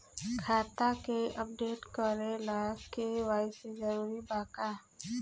खाता के अपडेट करे ला के.वाइ.सी जरूरी बा का?